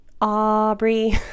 Aubrey